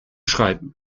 schreiben